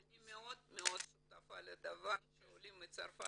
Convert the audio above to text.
אני מאוד שותפה לדעה שהעולים מצרפת